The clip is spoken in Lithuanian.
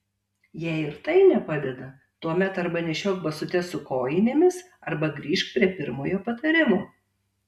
jei ir tai nepadeda tuomet arba nešiok basutes su kojinėmis arba grįžk prie pirmojo patarimo